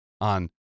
on